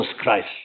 Christ